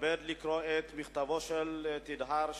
מתכבד לקרוא את מכתבו של תדהר שמיר,